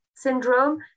syndrome